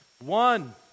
One